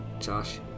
Josh